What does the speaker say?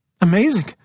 Amazing